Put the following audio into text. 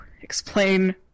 explain